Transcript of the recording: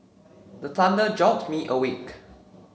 the thunder jolt me awake